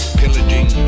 pillaging